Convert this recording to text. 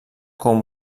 com